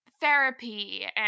therapy